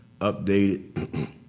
updated